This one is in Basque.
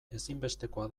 ezinbestekoa